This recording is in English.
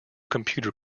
computer